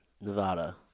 Nevada